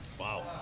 Wow